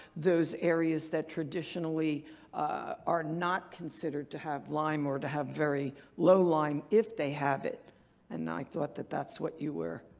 those areas that traditionally are not considered to have lyme or to have very low lyme if they have it and i thought that that's what you were.